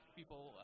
people